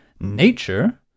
Nature